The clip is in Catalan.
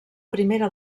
primera